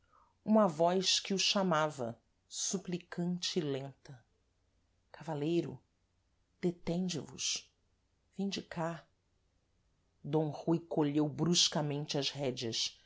uma voz que o chamava suplicante e lenta cavaleiro detende vos vinde cá d rui colheu bruscamente as rédeas